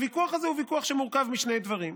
הוויכוח הזה הוא ויכוח שמורכב משני דברים,